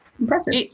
Impressive